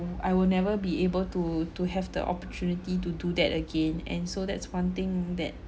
I will never be able to to have the opportunity to do that again and so that's one thing that